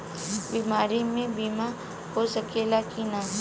बीमारी मे बीमा हो सकेला कि ना?